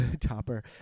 topper